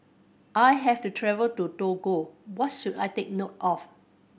I has the travel to Togo what should I take note of